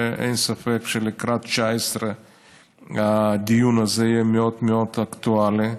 ואין ספק שלקראת 2019 הדיון הזה יהיה מאוד מאוד אקטואלי.